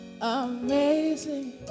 Amazing